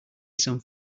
some